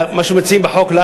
מה שמציעים בחוק,